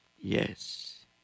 Yes